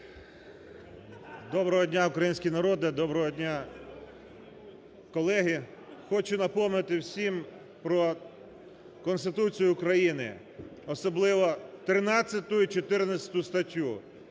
Доброго дня, український народе, доброго дня, колеги. Хочу напомнити всім про Конституцію України, особливо 13 і 14 статтю.